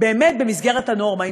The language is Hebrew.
באמת במסגרת הנורמה.